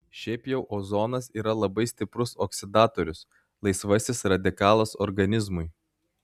šiaip jau ozonas yra labai stiprus oksidatorius laisvasis radikalas organizmui